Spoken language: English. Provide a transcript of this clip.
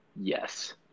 Yes